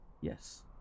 Yes